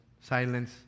silence